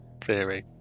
theory